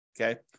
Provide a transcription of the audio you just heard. okay